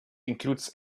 includes